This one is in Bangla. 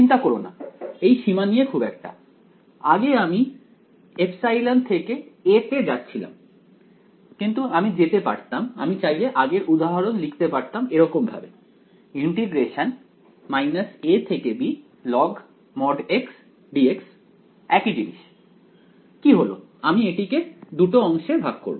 চিন্তা কোরোনা এই সীমা নিয়ে খুব একটা আগে আমি ε থেকে a তে যাচ্ছিলাম কিন্তু আমি যেতে পারতাম আমি চাইলে আগের উদাহরণ লিখতে পারতাম এরকম ভাবে যা একই জিনিস কি হলো আমি এটিকে দুটো অংশে ভাগ করব